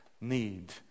need